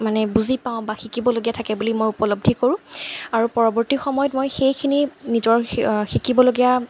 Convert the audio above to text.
মানে বুজি পাওঁ বা শিকিবলগীয়া থাকে বুলি মই উপলব্ধি কৰোঁ আৰু পৰৱৰ্তী সময়ত মই সেইখিনি নিজৰ শিকিবলগীয়া